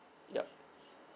yup